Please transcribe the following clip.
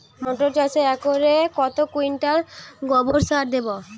মটর চাষে একরে কত কুইন্টাল গোবরসার দেবো?